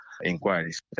inquiries